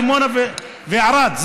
דימונה וערד.